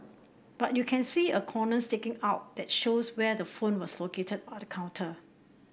but you can see a corner sticking out that shows where the phone was located on the counter